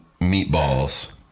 meatballs